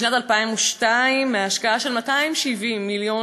בשנת 2002, מהשקעה של 270 מיליון